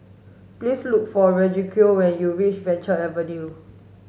please look for Refugio when you reach Venture Avenue